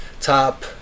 top